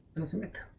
and some in